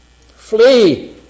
flee